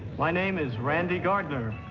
my name is randy gardner